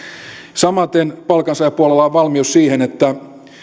samaten palkansaajapuolella on valmius siihen että